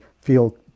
feel